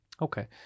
Okay